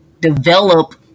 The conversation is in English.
develop